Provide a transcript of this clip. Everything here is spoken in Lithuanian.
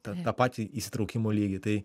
tą tą patį įsitraukimo lygį tai